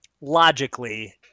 logically